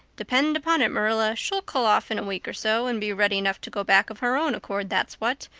depend upon it, marilla, she'll cool off in a week or so and be ready enough to go back of her own accord, that's what,